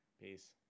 Peace